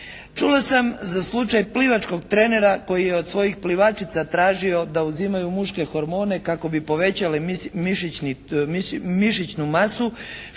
Čula sam za slučaj plivačkog trenera koji je od svojih plivačica tražio da uzimaju muške hormone kako bi povećale mišićnu masu